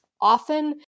often